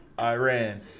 Iran